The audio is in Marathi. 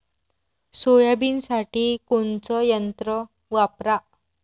सोयाबीनसाठी कोनचं यंत्र वापरा?